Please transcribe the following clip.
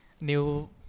New